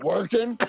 Working